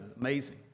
amazing